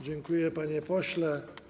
Dziękuję, panie pośle.